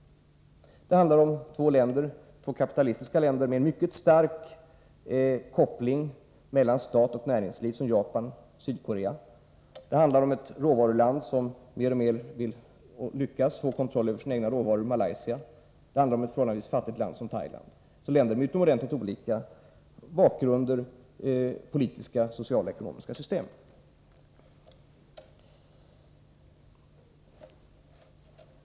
Det handlar om två kapitalistiska länder med så stark koppling mellan stat och näringsliv som Japan och Sydkorea. Det handlar om råvarulandet Malaysia, som mer och mer vill — och lyckas — få kontroll över sina egna råvaror. Det handlar om ett förhållandevis fattigt land som Thailand. Det är alltså länder med utomordentligt olika bakgrund och olika politiska, sociala samt ekonomiska system.